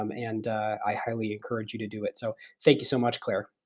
um and i highly encourage you to do it. so thank you so much, claire.